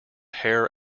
hair